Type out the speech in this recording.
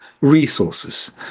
resources